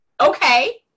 Okay